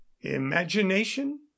imagination